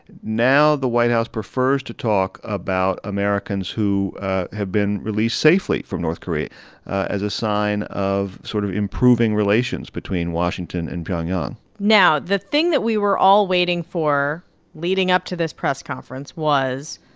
now the white house prefers to talk about americans who have been released safely from north korea as a sign of sort of improving relations between washington and pyongyang now, the thing that we were all waiting for leading up to this press conference was,